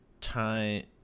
time